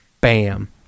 bam